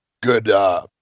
good